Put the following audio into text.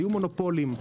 היו מונופולים.